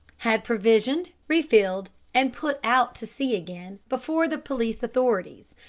had provisioned, refilled, and put out to sea again, before the police authorities,